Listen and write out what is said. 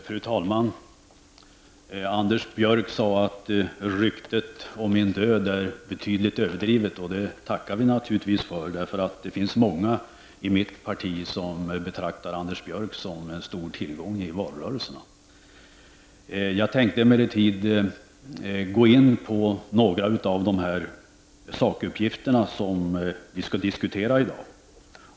Fru talman! Anders Björck sade: ”Ryktet om min död är betydligt överdrivet”. Det tackar vi naturligtvis för. Det finns nämligen många i mitt parti som betraktar Anders Björck som en stor tillgång i valrörelserna. Jag tänkte emellertid närmare beröra några av de sakuppgifter som vi skall diskutera i dag.